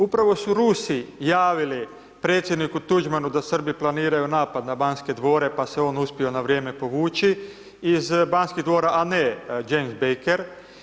Upravo su Rusi javili predsjedniku Tuđmanu da Srbi planiraju napad na Banske dvore pa se on uspio na vrijeme povući iz Banskih dvora a ne James Baker.